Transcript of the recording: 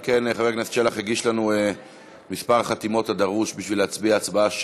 אם מותר להתערב בנושא כל כך חשוב כמו לימודי הליבה,